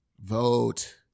vote